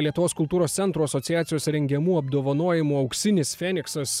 lietuvos kultūros centrų asociacijos rengiamų apdovanojimų auksinis feniksas